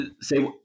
say